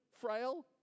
frail